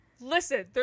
Listen